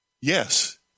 Yes